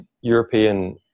European